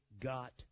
got